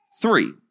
three